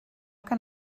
can